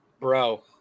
Bro